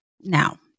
now